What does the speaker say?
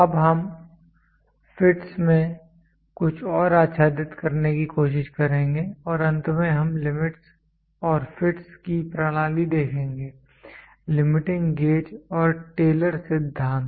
अब हम फिटस् में कुछ और आच्छादित करने की कोशिश करेंगे और अंत में हम लिमिटस् और फिटस् की प्रणाली देखेंगे लिमिटिंग गेज और टेलर सिद्धांत